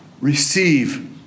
receive